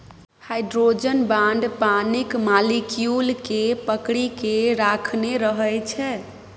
hydrogen bond पानिक molecule केँ पकरि केँ राखने रहै छै